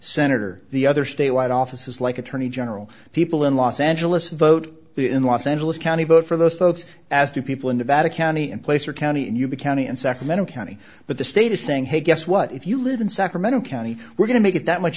senator the other statewide offices like attorney general people in los angeles vote in los angeles county vote for those folks as the people in nevada county and placer county and you the county in sacramento county but the state is saying hey guess what if you live in sacramento county we're going to make it that much